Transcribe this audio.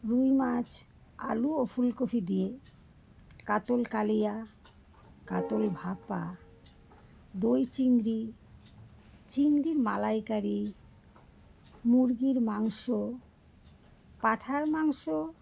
রুই মাছ আলু ও ফুলকপি দিয়ে কাতল কালিয়া কাতল ভাপা দই চিংড়ি চিংড়ির মালাইকারি মুরগির মাংস পাঠার মাংস